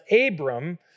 Abram